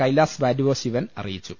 കൈലാസ് വാഡിവോ ശിവൻ അറിയിച്ചു